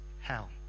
hell